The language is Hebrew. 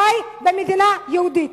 חי במדינה יהודית.